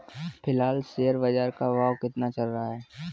फिलहाल शेयर बाजार का भाव कितना चल रहा है?